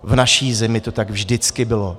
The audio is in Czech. V naší zemi to tak vždycky bylo.